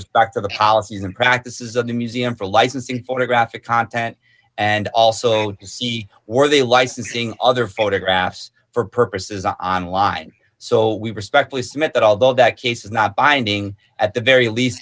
respect to the policies and practices of the museum for licensing photographic content and also to see were they licensing other photographs for purposes on line so we respectfully submit that although that case is not binding at the very least